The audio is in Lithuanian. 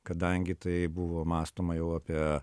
kadangi tai buvo mąstoma jau apie